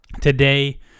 today